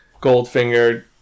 Goldfinger